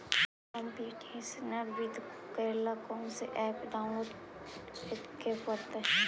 computational वित्त को करे ला कौन स ऐप डाउनलोड के परतई